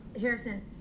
harrison